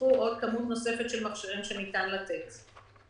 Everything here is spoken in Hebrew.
נוספה כמות נוספת של מכשירים שניתן לתת.